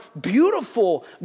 beautiful